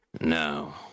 No